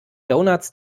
doughnuts